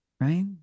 right